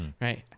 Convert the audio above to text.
right